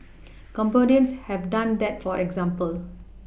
Cambodians have done that for example